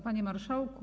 Panie Marszałku!